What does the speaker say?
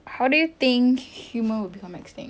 how do you think human will become extinct